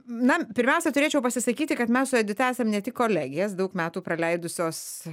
na pirmiausia turėčiau pasisakyti kad mes su edita esam ne tik kolegės daug metų praleidusios